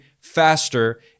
faster